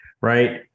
right